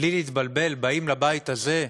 בלי להתבלבל, באים לבית הזה,